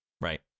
Right